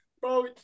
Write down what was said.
bro